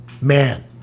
man